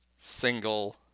single